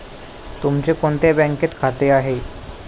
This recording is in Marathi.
तुमचे कोणत्या बँकेत खाते आहे?